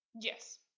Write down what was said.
Yes